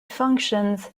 functions